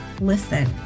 listen